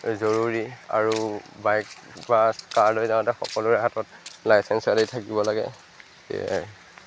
জৰুৰী আৰু বাইক বা কাৰ লৈ যাওঁতে সকলোৰে হাতত লাইচেঞ্চি আদি থাকিব লাগে সেয়াই